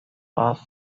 pass